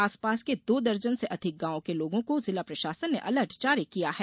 आसपास के दो दर्जन से अधिक गांवों के लोगों को जिला प्रशासन ने अलर्ट जारी किया है